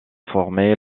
former